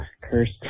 cursed